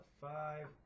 five